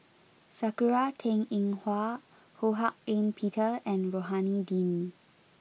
Sakura Teng Ying Hua Ho Hak Ean Peter and Rohani Din